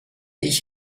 ich